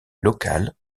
locale